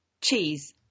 Cheese